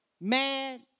mad